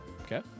Okay